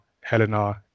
Helena